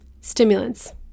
stimulants